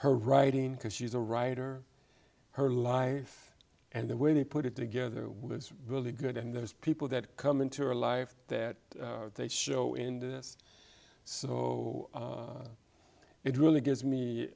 her writing because she's a writer her life and the way they put it together was really good and there's people that come into her life that they show in this so it really gives me